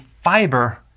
fiber